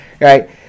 right